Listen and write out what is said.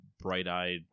bright-eyed